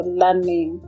learning